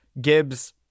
Gibbs